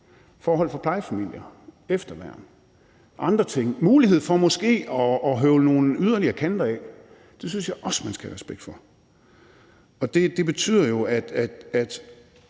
forhold for plejefamilier, efterværn og andre ting. Der er mulighed for måske at høvle nogle yderligere kanter af. Det synes jeg også at man skal have respekt for. Det betyder jo, at